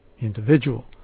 individual